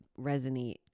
resonate